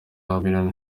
miliyoni